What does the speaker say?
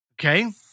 Okay